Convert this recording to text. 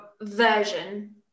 version